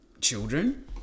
children